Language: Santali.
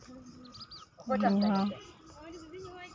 ᱟᱨ